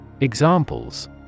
Examples